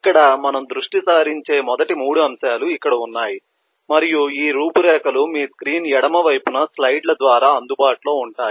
ఇక్కడ మనము దృష్టి సారించే మొదటి 3 అంశాలు ఇక్కడ ఉన్నాయి మరియు ఈ రూపురేఖలు మీ స్క్రీన్ ఎడమ వైపున స్లైడ్ల ద్వారా అందుబాటులో ఉంటాయి